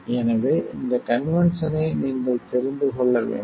எனவே இந்த கன்வென்ஷனை நீங்கள் தெரிந்து கொள்ள வேண்டும்